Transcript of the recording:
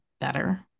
better